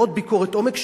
עוד ביקורת עומק,